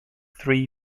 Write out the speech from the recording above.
three